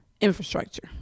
infrastructure